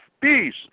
Peace